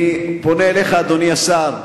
אני פונה אליך, אדוני השר,